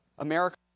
America